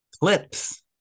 clips